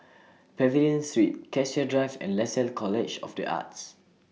Pavilion Street Cassia Drive and Lasalle College of The Arts